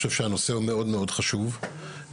הנושא חשוב מאוד,